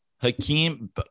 Hakeem